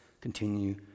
Continue